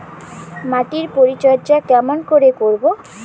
মাটির পরিচর্যা কেমন করে করব?